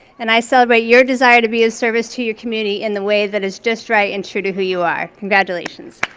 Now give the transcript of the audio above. and i celebrate your desire to be a service to your community in the way that is just right and true to who you are. congratulations.